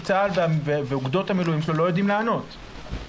שצה"ל ואוגדות המילואים שלו לא יודעים לענות עליו?